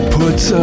puts